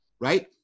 right